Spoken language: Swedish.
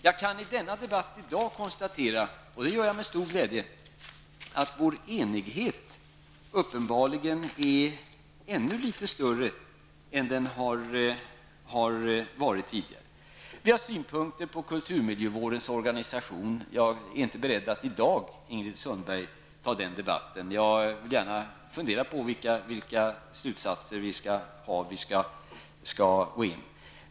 Jag kan med stor glädje konstatera att dagens debatt visat att vår enighet uppenbarligen är ännu litet större än den tidigare har varit. Vi har olika synpunkter på kulturmiljövårdens organisation. Jag är inte beredd att i dag, Ingrid Sundberg, ta den debatten. Jag vill gärna fundera över vilka slutsatser som kan dras och om det skall göras några insatser.